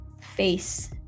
face